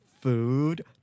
food